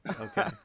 okay